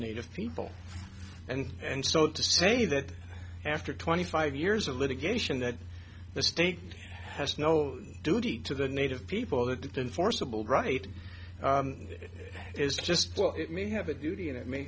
native people and and so to say that after twenty five years of litigation that the state has no duty to the native people that in forcible right it is just well it may have a duty and it may